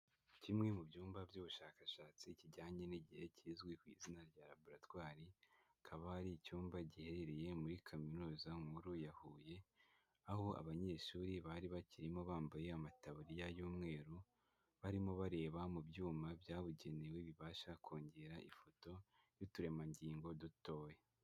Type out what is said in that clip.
Kimwe mu byumba by'ubushakashatsi kijyanye n'igihe kizwi ku izina rya raboratwari, akaba ari icyumba giherereye muri kaminuza nkuru ya Huye, aho abanyeshuri bari bakirimo bambaye amatabariya y'umweru, barimo bareba mu byuma byabugenewe bibasha kongera ifoto y'uturemangingo dutoya.